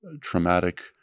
traumatic